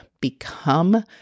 become